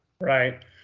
right